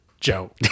Joe